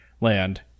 land